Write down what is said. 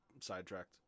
sidetracked